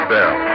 Bell